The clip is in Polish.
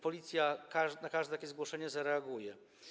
Policja na każde takie zgłoszenie zareaguje.